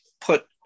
put